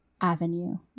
avenue